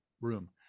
room